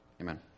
Amen